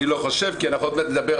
אני לא חשב כי אנחנו עוד מעט נדבר,